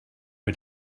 mit